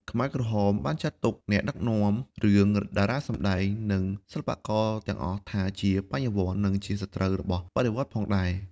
ខ្មែរក្រហមបានចាត់ទុក អ្នកដឹកនាំរឿង តារាសម្តែង និងសិល្បករ ទាំងអស់ថាជាបញ្ញវន្ត និងជាសត្រូវរបស់បដិវត្តន៍ផងដែរ។